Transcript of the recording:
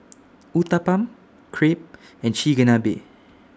Uthapam Crepe and Chigenabe